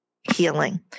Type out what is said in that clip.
healing